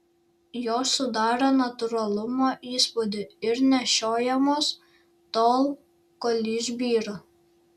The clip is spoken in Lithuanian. jos sudaro natūralumo įspūdį ir nešiojamos tol kol išbyra